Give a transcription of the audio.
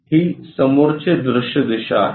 ही समोरचे दृश्य दिशा आहे